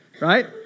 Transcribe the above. right